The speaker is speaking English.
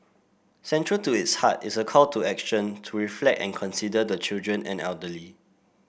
central to its heart is a call to action to reflect and consider the children and elderly